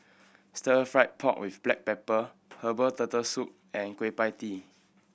Stir Fried Pork With Black Pepper herbal Turtle Soup and Kueh Pie Tee